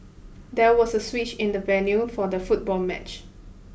there was a switch in the venue for the football match